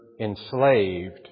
enslaved